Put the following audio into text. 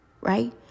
Right